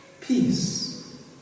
Peace